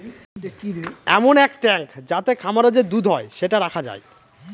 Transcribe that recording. এমন এক ট্যাঙ্ক যাতে খামারে যে দুধ হয় সেটা রাখা যায়